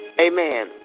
amen